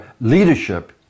leadership